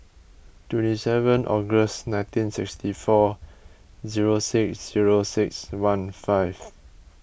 twenty seven August nineteen sixty four zero six zero six one five